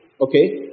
okay